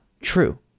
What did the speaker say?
true